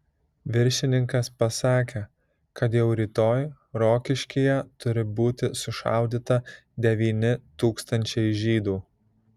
viršininkas pasakė kad jau rytoj rokiškyje turi būti sušaudyta devyni tūkstančiai žydų